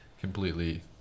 Completely